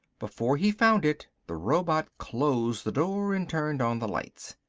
before he found it, the robot closed the door and turned on the lights.